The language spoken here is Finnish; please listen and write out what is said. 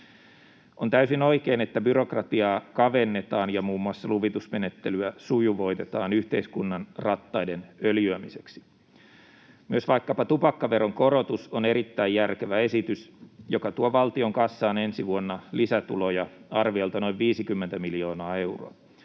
On täysin oikein, että byrokratiaa kavennetaan ja muun muassa luvitusmenettelyä sujuvoitetaan yhteiskunnan rattaiden öljyämiseksi. Myös vaikkapa tupakkaveron korotus on erittäin järkevä esitys, joka tuo valtion kassaan ensi vuonna lisätuloja arviolta noin 50 miljoonaa euroa.